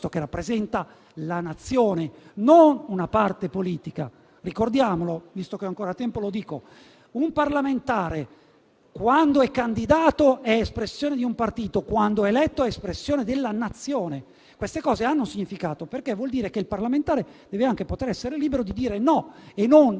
che rappresenta la Nazione e non una parte politica. Ricordiamolo, visto che ho ancora tempo: un parlamentare, quando è candidato, è espressione di un partito, ma, quando è eletto, è espressione della Nazione. Questi concetti hanno un significato: vuol dire che il parlamentare deve anche poter essere libero di dire no e di